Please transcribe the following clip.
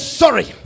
sorry